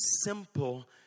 simple